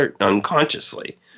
unconsciously